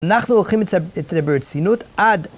אנחנו לוקחים את זה ברצינות עד...